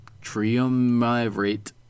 triumvirate